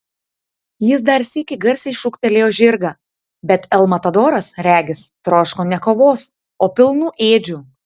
jis dar sykį garsiai šūktelėjo žirgą bet el matadoras regis troško ne kovos o pilnų ėdžių